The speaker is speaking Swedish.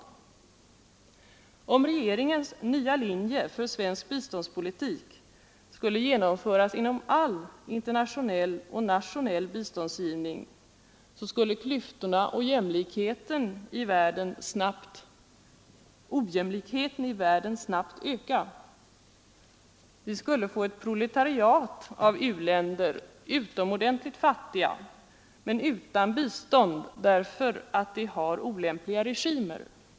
= politik Om regeringens nya linje för svensk biståndspolitik skulle genomföras inom all internationell och nationell biståndsgivning skulle klyftorna och ojämlikheten i världen snabbt öka; vi skulle få ett proletariat av u-länder, utomordentligt fattiga men utan bistånd därför att de har olämpliga regimer.